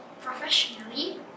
professionally